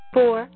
Four